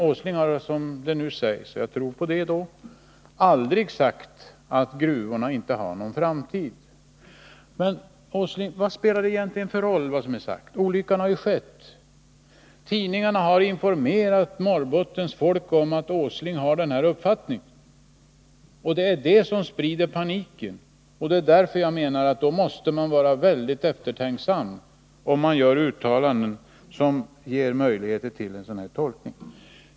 Enligt vad som nu sägs, och jag får väl tro på det, har Nils Åsling aldrig sagt att gruvorna inte har någon framtid. Men, Nils Åsling, vad spelar det egentligen för roll vad som har sagts? Olyckan har ju skett. Tidningarna har informerat Norrbottens folk om att Nils Åsling har den här uppfattningen, och det är detta som sprider paniken. Därför menar jag att man måste vara mycket försiktig. Annars kan det bli möjligt att göra sådana här tolkningar.